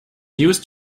used